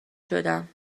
شدم